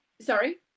Sorry